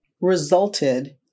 resulted